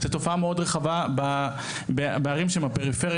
זו תופעה מאוד רחבה שקיימת בערים בפריפריה,